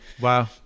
wow